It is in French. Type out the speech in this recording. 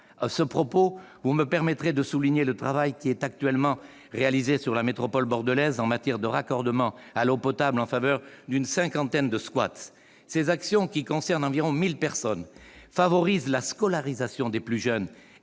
ce propos, vous me permettrez de souligner le travail qui est actuellement réalisé dans la métropole bordelaise pour raccorder à l'eau potable une cinquantaine de squats. Ces actions, qui concernent environ 1 000 personnes, favorisent la scolarisation des plus jeunes,